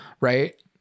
right